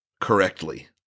correctly